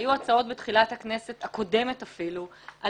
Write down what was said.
היו הצעות בתחילת הכנסת הקודמת אפילו על